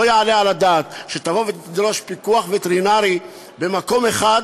לא יעלה על הדעת שתבוא ותדרוש פיקוח וטרינרי במקום אחד,